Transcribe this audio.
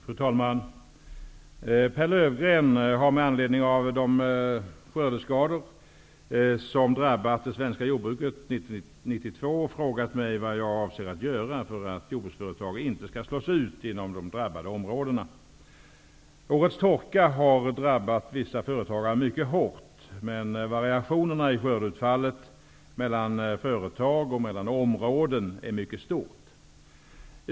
Fru talman! Pehr Löfgreen har med anledning av de skördeskador som drabbat det svenska jordbruket under år 1992 frågat mig vad jag avser att göra för att jordbruksföretag inte skall slås ut inom de drabbade områdena. Årets torka har drabbat vissa företagare mycket hårt, men variationerna i skördeutfallet mellan företag och områden är mycket stora.